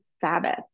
Sabbath